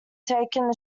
taken